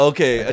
Okay